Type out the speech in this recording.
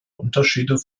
unterschiede